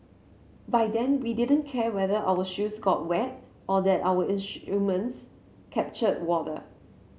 by then we didn't care whether our shoes got wet or that our instruments captured water